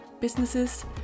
businesses